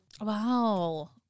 wow